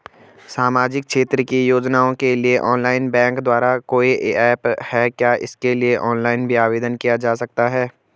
सामाजिक क्षेत्र की योजनाओं के लिए ऑनलाइन बैंक द्वारा कोई ऐप है क्या इसके लिए ऑनलाइन भी आवेदन किया जा सकता है?